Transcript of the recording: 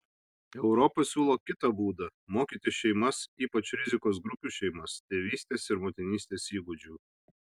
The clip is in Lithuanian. europa siūlo kitą būdą mokyti šeimas ypač rizikos grupių šeimas tėvystės ir motinystės įgūdžių